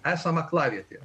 esam aklavietėje